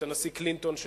את הנשיא קלינטון,